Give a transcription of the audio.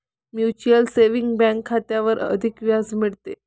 mutual saving bank खात्यावर अधिक व्याज मिळते